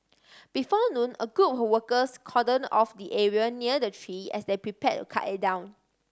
before noon a group of workers cordon off the area near the tree as they prepared to cut it down